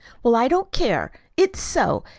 well, i don't care. it's so.